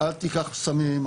אל תיקח סמים,